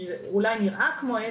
אולי נראה כמו עץ,